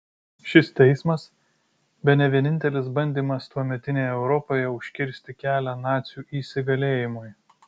šis teismas bene vienintelis bandymas tuometinėje europoje užkirsti kelią nacių įsigalėjimui